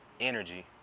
Energy